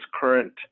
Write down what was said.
current